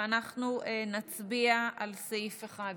אנחנו נצביע על סעיף 1,